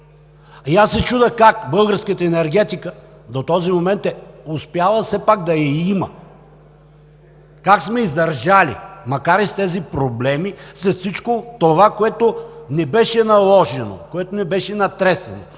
и аз се чудя как българската енергетика до този момент е успяла все пак да я има? Как сме издържали, макар и с тези проблеми, след всичко това, което ни беше наложено, което ни беше натресено?